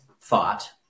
thought